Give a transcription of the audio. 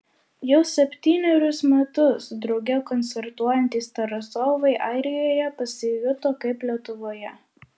jau septynerius metus drauge koncertuojantys tarasovai airijoje pasijuto kaip lietuvoje